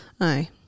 Aye